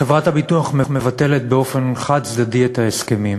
חברת הביטוח מבטלת באופן חד-צדדי את ההסכמים.